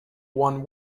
one